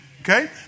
Okay